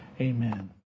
amen